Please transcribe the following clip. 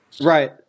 Right